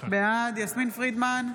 בעד יסמין פרידמן,